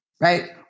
right